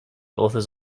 authors